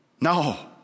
No